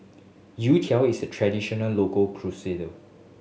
youtiao is a traditional local